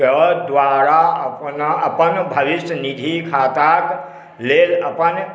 के द्वारा अपना अपन भविष्य निधि खाताके लेल अपन